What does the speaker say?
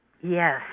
Yes